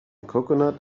coconut